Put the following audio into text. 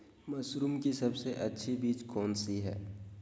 Mushroom की सबसे अच्छी बीज कौन सी है?